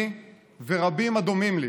אני ורבים הדומים לי